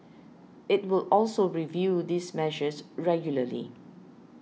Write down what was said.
it will also review these measures regularly